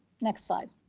next slide.